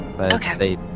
Okay